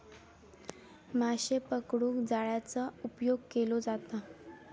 माशे पकडूक जाळ्याचा उपयोग केलो जाता